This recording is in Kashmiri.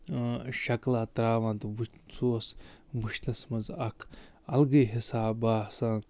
شکلا تراوان تہٕ وٕ سُہ اوس وُچھنَس منٛز اَکھ اَلگٕے حِساب باسان